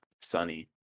Sunny